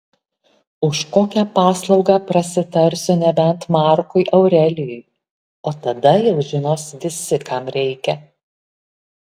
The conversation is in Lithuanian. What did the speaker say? už kokią paslaugą prasitarsiu nebent markui aurelijui o tada jau žinos visi kam reikia